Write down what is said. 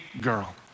girl